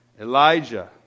Elijah